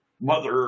mother